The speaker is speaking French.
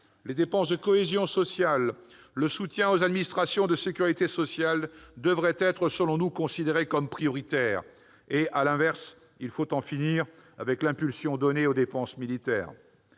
Les dépenses de cohésion sociale, le soutien aux administrations de sécurité sociale devraient être considérés comme prioritaires, et, à l'inverse, il faut en finir avec l'impulsion donnée aux dépenses militaires.